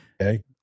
okay